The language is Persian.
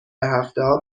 هفتهها